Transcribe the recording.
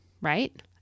right